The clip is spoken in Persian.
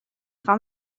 خوام